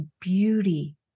beauty